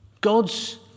God's